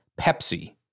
Pepsi